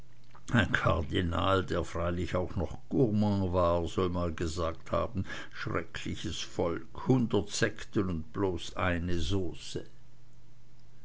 ein kardinal der freilich auch noch gourmand war soll mal gesagt haben schreckliches volk hundert sekten und bloß eine sauce